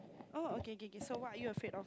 oh okay kay kay so what are you afraid of